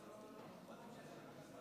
לבקשת חברי האופוזיציה.